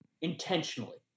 intentionally